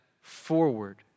forward